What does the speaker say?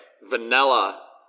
Vanilla